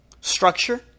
structure